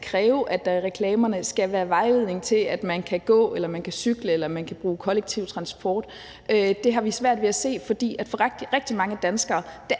kræve, at der i reklamerne skal være vejledning til, at man kan gå eller man kan cykle eller man kan bruge kollektiv transport, har vi svært ved at se, fordi det for rigtig mange danskere bare